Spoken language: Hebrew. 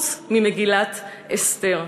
חוץ ממגילת אסתר.